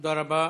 תודה רבה.